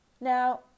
Now